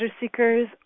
seekers